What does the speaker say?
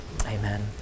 Amen